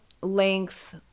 length